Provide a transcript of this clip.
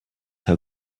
how